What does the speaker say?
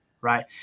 Right